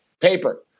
Paper